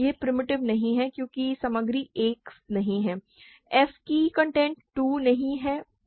यह प्रिमिटिव नहीं है क्योंकि सामग्री 1 नहीं है f की सामग्री 2 नहीं 1 है